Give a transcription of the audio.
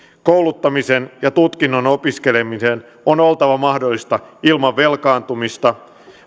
kouluttamisen ja tutkinnon opiskelemisen on oltava mahdollista ilman velkaantumista